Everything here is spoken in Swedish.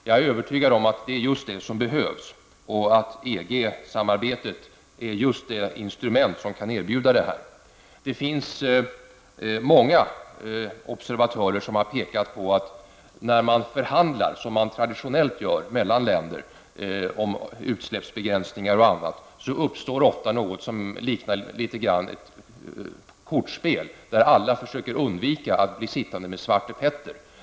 Jag är övertygad om att det är just det som behövs och att EG samarbetet är just det instrument som kan erbjuda detta. Många observatörer har pekat på att när man förhandlar som man traditionellt gör mellan länder om utsläppsbegränsningar och annat, uppstår ofta något som litet grand liknar ett kortspel, där alla försöker undvika att bli sittande med Svarte Petter.